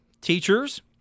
teachers